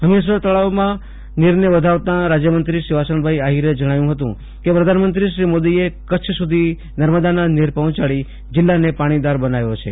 હમીરસર તળાવમાં નીરને વધાવતાં રાજ્યમંત્રી આહિરે જણાવ્યું હતું કે પ્રધાનમંત્રીશ્રી મોદીએ કચ્છ સુધી નર્મદાના નીર પહોંચાડી જિલ્લાને પાણીદાર બનાવ્યો છે